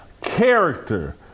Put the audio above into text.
Character